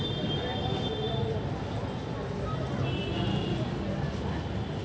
मासिक प्रीमियम भुगतान लेल पंद्रह दिन होइ छै